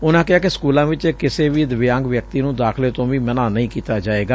ਉਨਾਂ ਕਿਹਾ ਕਿ ਸਕੁਲਾਂ ਵਿੱਚ ਕਿਸੇ ਵੀ ਦਿਵਿਆਂਗ ਵਿਅਕਤੀ ਨੂੰ ਦਾ ਖ਼ ਲੇ ਤੋ ਵੀ ਮਨੂਾਂ ਨਹੀ ਕੀਤਾ ਜਾਵੇਗਾ